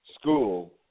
school